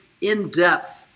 in-depth